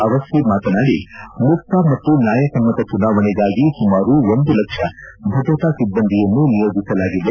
ಅವಸ್ತಿ ಮಾತನಾಡಿ ಮುಕ್ತ ಮತ್ತು ನ್ನಾಯಸಮ್ನ ಚುನಾವಣೆಗಾಗಿ ಸುಮಾರು ಒಂದು ಲಕ್ಷ ಭದ್ರತಾ ಸಿಬ್ಲಂದಿಯನ್ನು ನಿಯೋಜಿಸಲಾಗಿದೆ